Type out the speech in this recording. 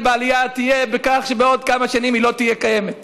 בעלייה תהיה בכך שבעוד כמה שנים היא לא תהיה קיימת.